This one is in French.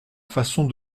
façon